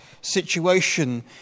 Situation